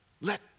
Let